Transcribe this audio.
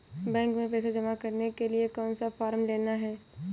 Bank में पैसा जमा करने के लिए कौन सा फॉर्म लेना है?